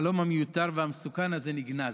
החלום המיותר והמסוכן הזה נגנז.